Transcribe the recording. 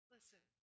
Listen